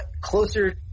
closer